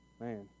man